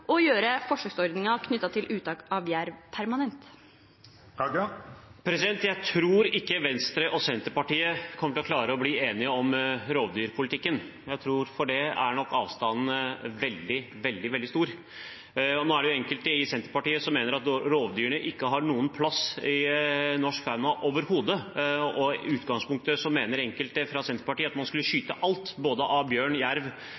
og gjøre forsøksordningen knyttet til uttak av jerv permanent? Jeg tror ikke Venstre og Senterpartiet kommer til å klare å bli enige om rovdyrpolitikken, for der er nok avstanden veldig, veldig stor. Det er jo enkelte i Senterpartiet som mener at rovdyrene ikke har noen plass i norsk fauna overhodet, og i utgangspunktet mener enkelte fra Senterpartiet at man skulle skutt alt av både bjørn, jerv,